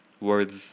words